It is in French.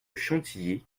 chantilly